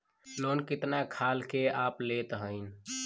Loan कितना खाल के आप लेत हईन?